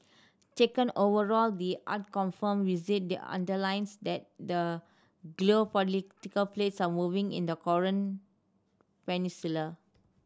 taken overall the unconfirmed visit the underlines that the geopolitical plates are moving in the Korean Peninsula